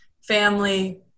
family